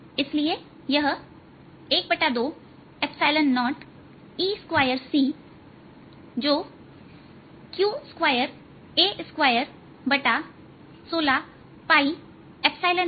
इसलिए यह 120E2c जो q2A2 sin2160c4r2है